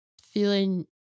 feeling